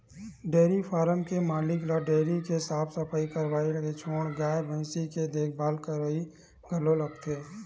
dairy farm के मालिक ल डेयरी के साफ सफई करइया के छोड़ गाय भइसी के देखभाल करइया घलो लागथे